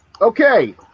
Okay